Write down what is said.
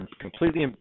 completely